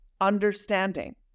understanding